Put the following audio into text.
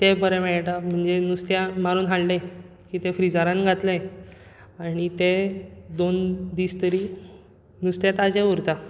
ते बरे मेळटा म्हणजे नुस्त्यांक मारून हाडलें की ते फ्रिजरान घातलें आनी ते दोन दीस तरी नुस्तें ताजें उरतां